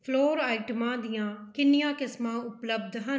floor ਆਈਟਮਾਂ ਦੀਆਂ ਕਿੰਨੀਆਂ ਕਿਸਮਾਂ ਉਪਲਬਧ ਹਨ